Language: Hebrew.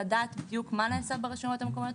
לדעת מה נעשה ברשויות המקומיות,